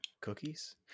cookies